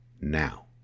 now